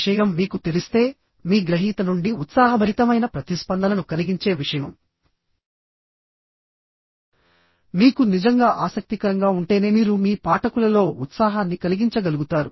విషయం మీకు తెలిస్తే మీ గ్రహీత నుండి ఉత్సాహభరితమైన ప్రతిస్పందనను కలిగించే విషయం మీకు నిజంగా ఆసక్తికరంగా ఉంటేనే మీరు మీ పాఠకులలో ఉత్సాహాన్ని కలిగించగలుగుతారు